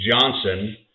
Johnson